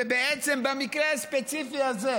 שבעצם במקרה הספציפי הזה,